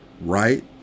right